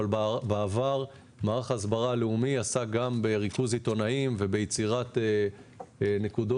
אבל בעבר מערך ההסברה הלאומי עסק גם בריכוז עיתונאים וביצירת נקודות